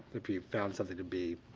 if you found something to be